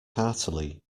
heartily